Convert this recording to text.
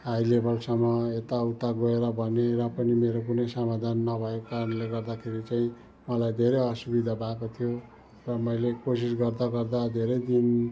high लेभलसम्म यता उता गएर भनेँ र पनि मेरो कुनै समाधान नभएको कारणले गर्दाखेरि चाहिँ मलाई धेरै असुविधा भएको थियो र मैले कोसिस गर्दा गर्दा धेरै दिन